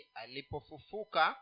alipofufuka